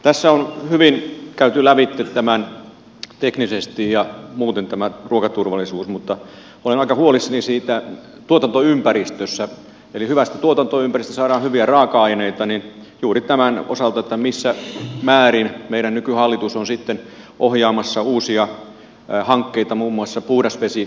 tässä on hyvin käyty lävitse ruokaturvallisuus teknisesti ja muuten mutta minä olen aika huolissani siitä tuotantoympäristöstä hyvästä tuotantoympäristöstä saadaan hyviä raaka aineita juuri tämän osalta missä määrin meidän nykyhallituksemme on sitten ohjaamassa uusia hankkeita muun muassa puhdas vesi toimintaan